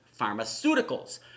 pharmaceuticals